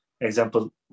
example